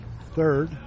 third